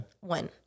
One